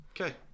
Okay